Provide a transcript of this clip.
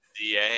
DA